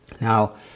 Now